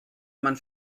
man